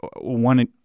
one